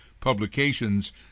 publications